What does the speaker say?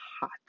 hot